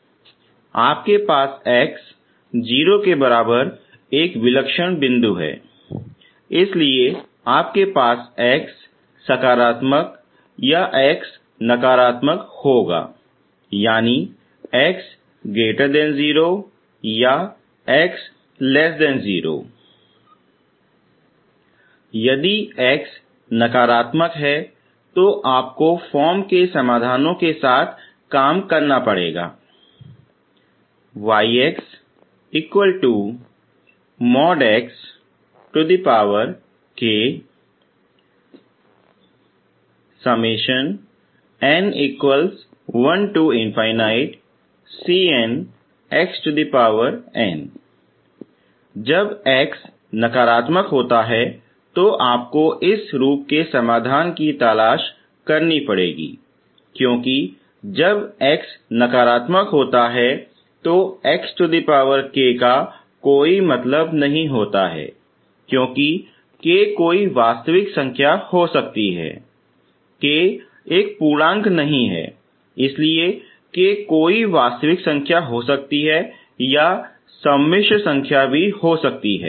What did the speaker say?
आपके पास x 0 के बराबर एक विलक्षण बिंदु है इसलिए आपके पास x सकारात्मक या x नकारात्मक होगा यानी यदि x नकारात्मक है तो आपको फॉर्म के समाधानों के साथ काम करना पड़ेगा जब x नकारात्मक होता है तो आपको इस रूप के समाधान की तलाश करनी पड़ेगी क्योंकि जब x नकारात्मक होता है तो xk का कोई मतलब नहीं होता है क्योंकि k कोई वास्तविक संख्या हो सकती है k एक पूर्णांक नहीं है इसलिए k कोई वास्तविक संख्या हो सकती है या सम्मिश्र संख्या भी हो सकती है